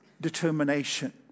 determination